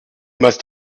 must